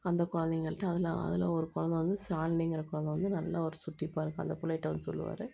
அந்த குழந்தைகள்ட்ட அதில் அதில் ஒரு குழந்த வந்து ஷாலினிங்கிற குழந்த வந்து நல்ல ஒரு சுட்டிப்பாக இருக்கும் அந்த பிள்ளைட்ட வந்து சொல்லுவார்